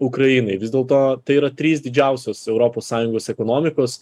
ukrainai vis dėlto tai yra trys didžiausios europos sąjungos ekonomikos